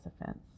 offense